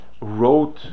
wrote